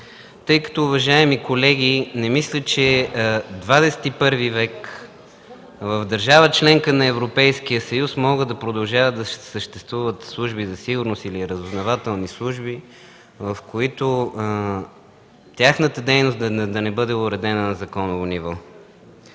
Уважаеми колеги, не мисля че в ХХІ век, в държава – членка на Европейския съюз, могат да продължават да съществуват служби за сигурност или разузнавателни служби, в които тяхната дейност да не бъде уредена на законово ниво.